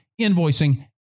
invoicing